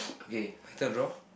okay my turn draw